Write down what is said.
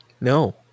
No